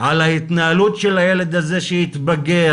על ההתנהלות של הילד הזה כשיתבגר,